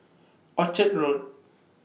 Orchard Road